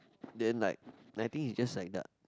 then like I think it's just like that